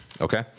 Okay